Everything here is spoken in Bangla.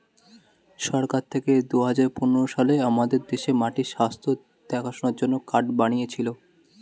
সরকার থেকে দুহাজার পনেরো সালে আমাদের দেশে মাটির স্বাস্থ্য দেখাশোনার জন্যে কার্ড বানিয়েছিলো